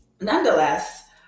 Nonetheless